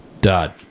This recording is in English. Dot